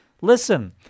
Listen